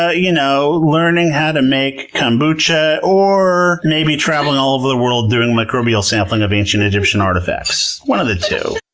ah you know, learning how to make kombucha, or maybe travelling all over the world doing microbial sampling of ancient egyptian artifacts. one of the two.